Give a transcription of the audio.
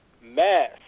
Mass